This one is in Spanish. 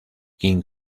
king